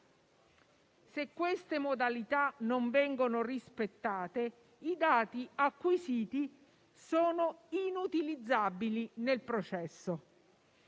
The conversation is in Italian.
Se queste modalità non vengono rispettate, i dati acquisiti sono inutilizzabili nel processo,